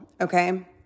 Okay